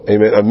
Amen